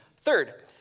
Third